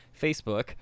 Facebook